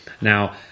Now